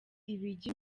ibijya